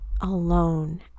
alone